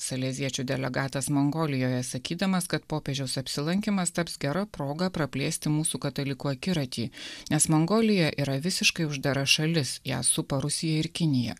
saleziečių delegatas mongolijoje sakydamas kad popiežiaus apsilankymas taps gera proga praplėsti mūsų katalikų akiratį nes mongolija yra visiškai uždara šalis ją supa rusija ir kinija